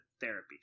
therapy